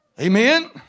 Amen